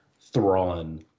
Thrawn